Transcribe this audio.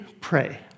pray